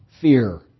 fear